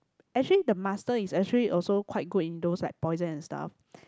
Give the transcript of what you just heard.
actually the master is actually also quite good in those like poison and stuff